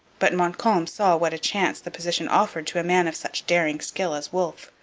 but montcalm saw what a chance the position offered to a man of such daring skill as wolfe.